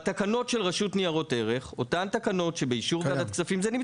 זה נמצא בתקנות של רשות ניירות ערך; אותן התקנות שבאישור ועדת הכספים.